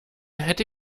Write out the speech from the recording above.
hätte